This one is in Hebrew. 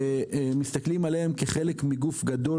מסתכלים עליהם כחלק מגוף גדול